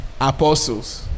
apostles